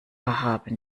haben